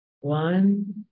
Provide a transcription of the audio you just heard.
One